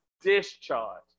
discharge